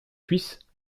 suisses